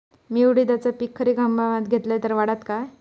मी उडीदाचा पीक खरीप हंगामात घेतलय तर वाढात काय?